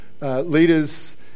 leaders